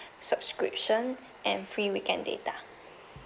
subscription and free weekend data